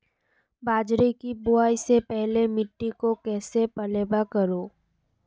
बाजरे की बुआई से पहले मिट्टी को कैसे पलेवा करूं?